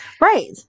Right